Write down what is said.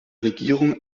regierung